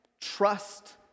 trust